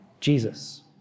Jesus